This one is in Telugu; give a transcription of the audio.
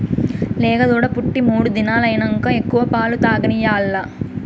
లేగదూడ పుట్టి మూడు దినాలైనంక ఎక్కువ పాలు తాగనియాల్ల